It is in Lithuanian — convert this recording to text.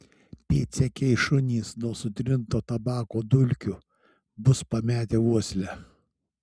pėdsekiai šunys nuo sutrinto tabako dulkių bus pametę uoslę